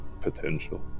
potential